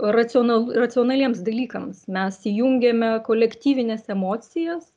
racional racionaliems dalykams mes įjungiame kolektyvines emocijas